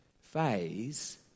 phase